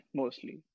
mostly